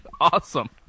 awesome